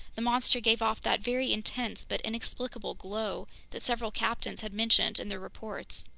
the monster gave off that very intense but inexplicable glow that several captains had mentioned in their reports.